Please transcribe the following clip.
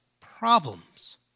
problems